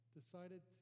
decided